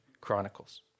Chronicles